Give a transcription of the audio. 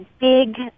big